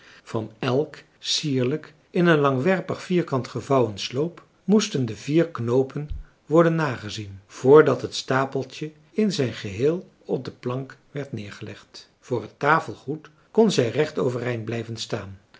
van elk sierlijk in een langwerpig vierkant gevouwen sloop moesten de vier knoopen worden nagezien voordat het stapeltje in marcellus emants een drietal novellen zijn geheel op de plank werd neergelegd voor het tafelgoed kon zij recht overeind blijven staan